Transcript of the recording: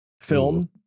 film